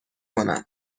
کنم